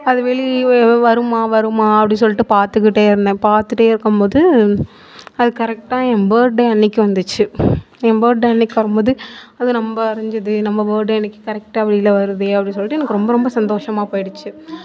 அது வெளியே வருமா வருமா அப்படி சொல்லி பார்த்துகிட்டே இருந்தேன் பார்த்துட்டே இருக்கும்போது அது கரெக்டாக என் பேட்டே அன்னிக்கி வந்துச்சு என் பேட்டே அன்னிக்கு வரும்போது அது நம்ம வரைஞ்தது நம்ம பேட்டே அன்னிக்கு கரெக்ட்டாக வெளியில் வருதே அப்படின்னு சொல்லிட்டு எனக்கு ரொம்ப ரொம்ப சந்தோஷமாக போயிடுத்து